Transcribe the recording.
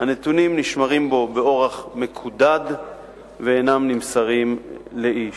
הנתונים נשמרים בו באורח מקודד ואינם נמסרים לאיש.